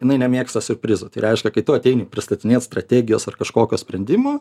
jinai nemėgsta siurprizų tai reiškia kai tu ateini pristatinėt strategijos ar kažkokio sprendimo